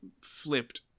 flipped